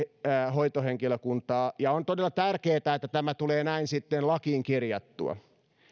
hoitohenkilökuntaa ja on todella tärkeätä että tämä tulee näin lakiin kirjattua